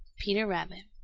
peter rabbit.